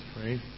right